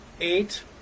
eight